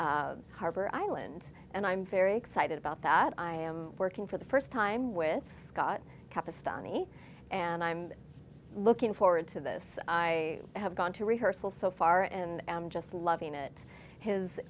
harbor island and i'm very excited about that i am working for the first time with scott cup astonied and i'm looking forward to this i have gone to rehearsal so far and i'm just loving it his